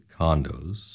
condos